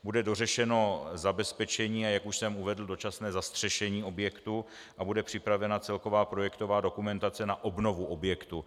Bude dořešeno zabezpečení, a jak už jsem uvedl, dočasné zastřešení objektu a bude připravena celková projektová dokumentace na obnovu objektu.